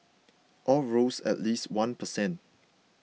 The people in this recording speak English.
all rose at least one per cent